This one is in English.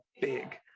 big